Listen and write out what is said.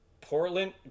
Portland